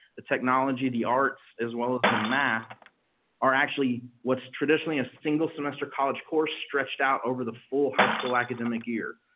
technology, the arts, as well as the math are actually what's traditionally a single semester college course stretched out over the full high school academic year,